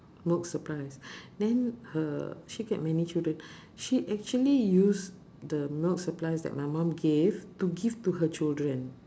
milk supplies then her she get many children she actually use the milk supplies that my mum gave to give to her children